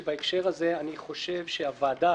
שבהקשר הזה אני חושב שהוועדה,